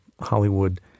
Hollywood